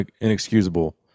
inexcusable